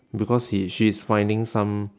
because he she is finding some